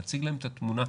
להציג להם את התמונה.